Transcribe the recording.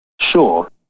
Sure